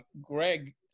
Greg